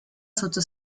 sotto